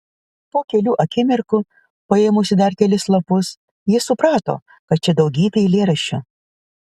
po kelių akimirkų paėmusi dar kelis lapus ji suprato kad čia daugybė eilėraščių